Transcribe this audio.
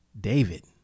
David